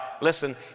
listen